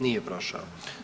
Nije prošao.